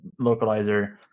localizer